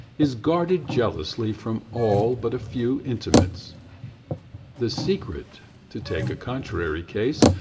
is guarded jealously from all but a few intimates the secret, to take a contrary case,